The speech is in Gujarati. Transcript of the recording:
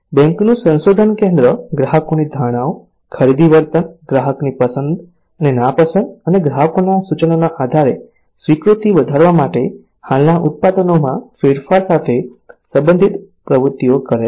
બેંકનું સંશોધન કેન્દ્ર ગ્રાહકોની ધારણાઓ ખરીદી વર્તન ગ્રાહકની પસંદ અને નાપસંદ અને ગ્રાહકોના સૂચનોના આધારે સ્વીકૃતિ વધારવા માટે હાલના ઉત્પાદનોમાં ફેરફાર સાથે સંબંધિત પ્રવૃત્તિઓ કરે છે